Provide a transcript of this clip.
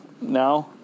now